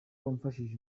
wamfashije